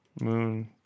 moon